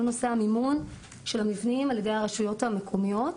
נושא מימון המבנים ע"י הרשויות המקומיות.